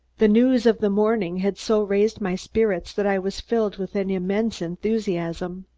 the news of the morning had so raised my spirits that i was filled with an immense enthusiasm.